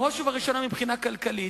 בראש ובראשונה מבחינה כלכלית,